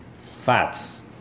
fats